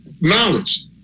knowledge